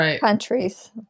countries